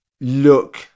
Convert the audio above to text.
look